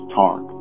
talk